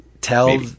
tell